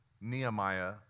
Nehemiah